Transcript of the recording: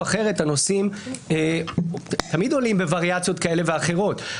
אחרת תמיד עולים בווריאציות כאלה ואחרות,